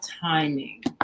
timing